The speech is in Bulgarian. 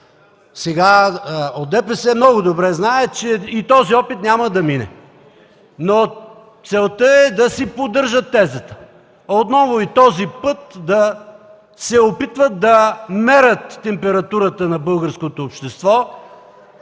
и свободи много добре знаят, че и този опит няма да мине, но целта е да си поддържат тезата. Отново и този път се опитват да мерят температурата на българското общество,